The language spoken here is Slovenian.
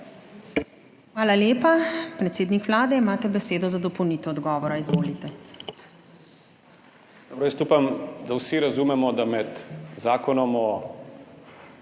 Hvala lepa. Predsednik Vlade, imate besedo za dopolnitev odgovora. Izvolite.